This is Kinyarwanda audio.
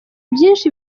byinshi